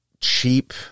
cheap